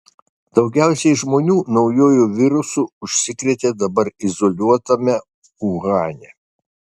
daugiausiai žmonių naujuoju virusu užsikrėtė dabar izoliuotame uhane